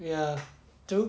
ya true